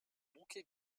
bouquet